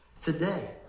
today